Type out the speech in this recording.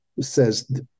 says